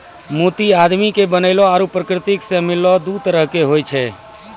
मोती आदमी के बनैलो आरो परकिरति सें मिललो दु तरह के होय छै